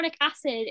acid